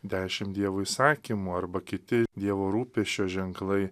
dešimt dievo įsakymų arba kiti dievo rūpesčio ženklai